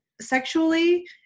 sexually